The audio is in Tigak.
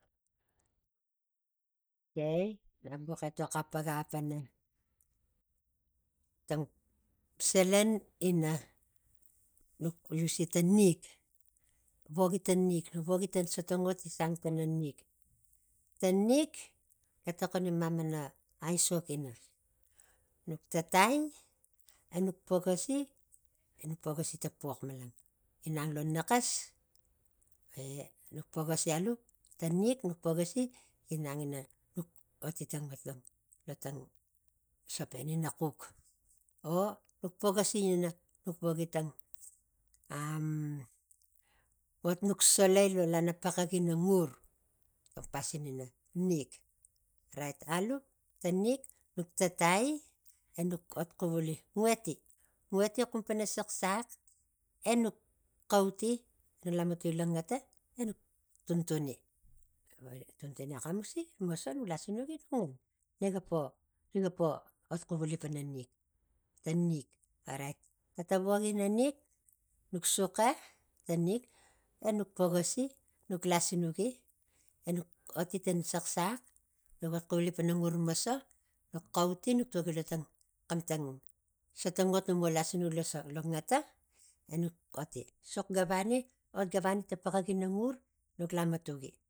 Okei nak bux etok apaka pang tang salan ina nuk usi ta gik vogi ta nik nuk woki ta satangot gi sang tana nik. Ta nik ga tokoni mamana aisok ina nuk tatai enuk pokosai pokosai ta pox malan inang lo kaxas e nuk pokosi alu ta nik nuk pokoasi inang ina nuk otitang otong lo tang sopen ina xuk o nuk pokosi ina nuk voki tang am m- m ot nuk salai lo lana poxak ina ngur ga pasin ina nik orait aiu ta nik nuk tatai enuk ot xuvili nguati nguati xumpana saxsax enuk cauti e lamatuki lo ngata enuk tun tuni egan nuk tuntuna xamusi gi moso nuk suxa ta nik enuk pogosi nuk lasinuki enuk xauti nuk tuaki lo tang xam tang sotangot numo lasinuki lo ta ngata enuk oti sux gavani ot gavani ta paxak ina ngur nuk lamatuki